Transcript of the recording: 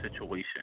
situation